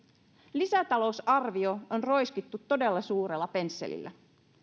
lisätalousarvio on roiskittu todella suurella pensselillä